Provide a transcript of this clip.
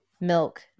milk